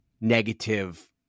negative